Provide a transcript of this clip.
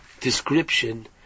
description